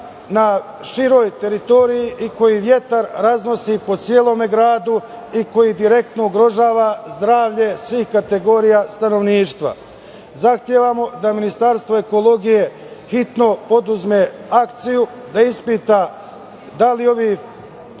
na široj teritoriji, koji vetar raznosi po celom gradu i koji direktno ugrožava zdravlje svih kategorija stanovništva. Zahtevamo da Ministarstvo ekologije hitno preduzme akciju da ispita da li ovi